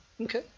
Okay